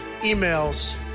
emails